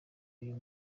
uyu